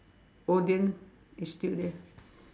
Odean is still there